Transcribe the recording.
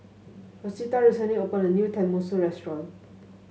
Rosita recently opened a new Tenmusu restaurant